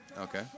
Okay